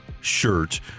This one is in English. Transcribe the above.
shirt